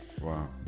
Wow